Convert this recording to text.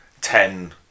ten